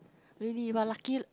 really but lucky